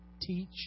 teach